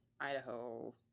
Idaho